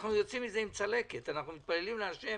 אנחנו יוצאים מזה עם צלקת, אנחנו מתפללים להשם